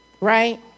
right